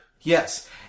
Yes